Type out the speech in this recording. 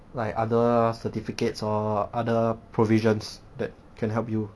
like other certificates or other provisions that can help you